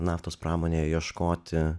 naftos pramonėje ieškoti